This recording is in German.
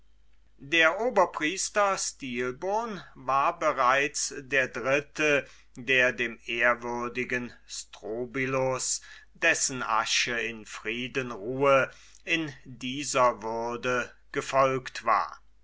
der oberpriester stilbon war bereits der dritte der dem ehrwürdigen strobylus dessen asche im frieden ruhe in dieser würde gefolgt war